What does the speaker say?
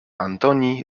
antoni